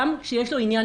מדוע?